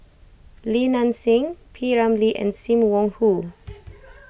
Li Nanxing P Ramlee and Sim Wong Hoo